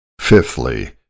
Fifthly